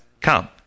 come